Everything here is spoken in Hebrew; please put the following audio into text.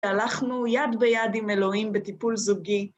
הלכנו יד ביד עם אלוהים בטיפול זוגי.